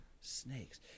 Snakes